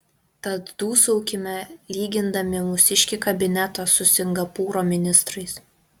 tad dūsaukime lygindami mūsiškį kabinetą su singapūro ministrais